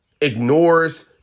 ignores